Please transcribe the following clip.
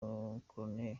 corneille